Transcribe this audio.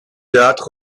théâtre